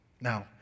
Now